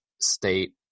state